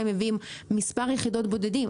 מביאים אולי יחידות בודדות.